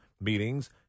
meetings